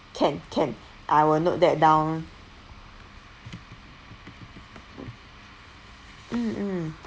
can can I will note that down mm mm